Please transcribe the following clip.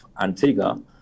Antigua